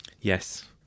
Yes